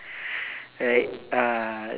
right uh